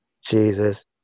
Jesus